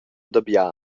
dabia